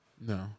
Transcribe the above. No